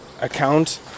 account